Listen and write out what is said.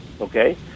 okay